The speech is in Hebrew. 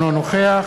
אינו נוכח